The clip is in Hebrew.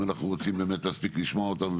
ואם אנחנו רוצים באמת להספיק לשמוע אותם,